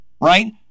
right